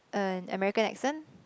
uh American accent